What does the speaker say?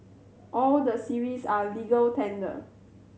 all the series are legal tender